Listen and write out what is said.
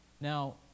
Now